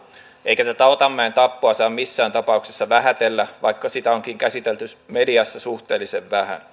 eikä tätä otanmäen tappoa saa missään tapauksessa vähätellä vaikka sitä onkin käsitelty mediassa suhteellisen vähän